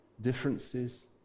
Differences